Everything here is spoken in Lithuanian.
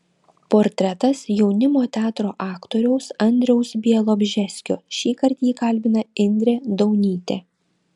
portretas jaunimo teatro aktoriaus andriaus bialobžeskio šįkart jį kalbina indrė daunytė